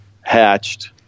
hatched